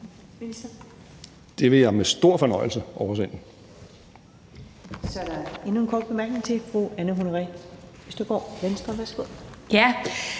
Det vil jeg med stor fornøjelse oversende.